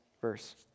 verse